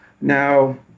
Now